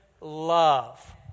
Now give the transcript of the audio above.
love